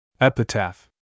Epitaph